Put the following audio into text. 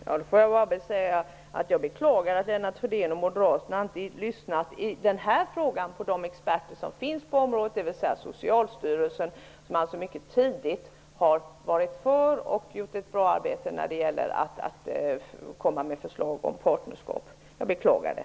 Herr talman! Jag beklagar att Lennart Fridén och moderaterna inte i denna fråga har lyssnat på de experter som finns på området, dvs. Socialstyrelsen, som mycket tidigt varit för och gjort ett bra arbete när det gäller att komma med förslag om partnerskap. Jag beklagar det.